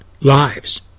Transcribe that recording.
lives